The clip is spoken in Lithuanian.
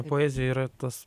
poezija yra tas